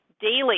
daily